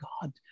god